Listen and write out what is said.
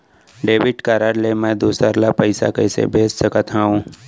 Debit card ले मैं दूसर ला पइसा कइसे भेज सकत हओं?